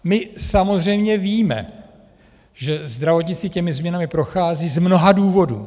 My samozřejmě víme, že zdravotnictví těmi změnami prochází z mnoha důvodů.